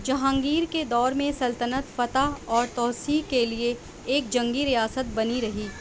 جہانگیر کے دور میں سلطنت فتح اور توسیع کے لیے ایک جنگی ریاست بنی رہی